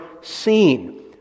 seen